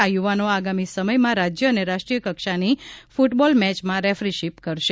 આ યુવાનો આગામી સમયમાં રાજ્ય અને રાષ્ટ્રીય કક્ષાની ફૂટબોલ મેચમાં રેફીશીપ કરશે